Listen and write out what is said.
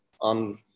on